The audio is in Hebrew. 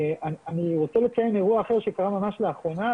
אני רוצה לציין אירוע אחר שקרה ממש לאחרונה,